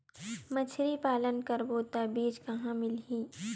मछरी पालन करबो त बीज कहां मिलही?